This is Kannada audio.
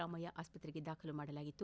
ರಾಮಯ್ಯ ಆಸ್ಪತ್ರೆಗೆ ದಾಖಲು ಮಾಡಲಾಗಿತ್ತು